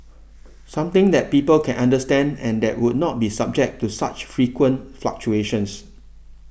something that people can understand and that would not be subject to such frequent fluctuations